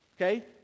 okay